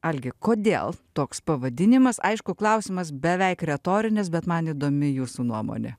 algi kodėl toks pavadinimas aišku klausimas beveik retorinis bet man įdomi jūsų nuomonė